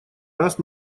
раз